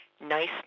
nice